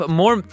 more